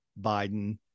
Biden